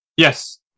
Yes